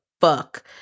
fuck